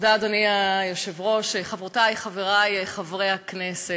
אדוני היושב-ראש, תודה, חברותי וחברי חברי הכנסת,